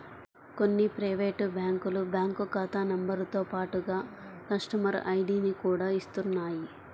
కొన్ని ప్రైవేటు బ్యాంకులు బ్యాంకు ఖాతా నెంబరుతో పాటుగా కస్టమర్ ఐడిని కూడా ఇస్తున్నాయి